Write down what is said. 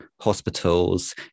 hospitals